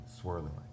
swirling